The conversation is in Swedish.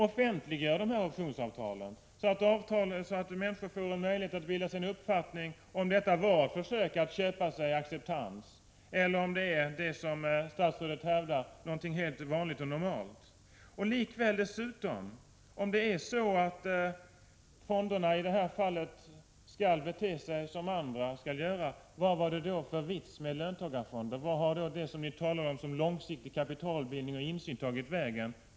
Offentliggör dessa optionsavtal, så att människor får en möjlighet att bilda sig en uppfattning om huruvida detta var försök att köpa sig acceptans, eller om det är, som statsrådet hävdar, någonting helt vanligt och normalt. Om det är så att fonderna skall bete sig som vilka som helst, vad var det då för vits med löntagarfonder? Vart har då det som ni talade om som långsiktig kapitalbildning och insyn tagit vägen?